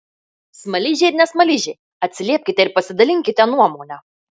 smaližiai ir ne smaližiai atsiliepkite ir pasidalinkite nuomone